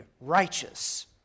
righteous